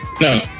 No